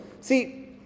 see